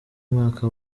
mwaka